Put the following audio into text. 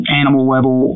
animal-level